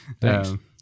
Thanks